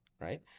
Right